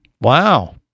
Wow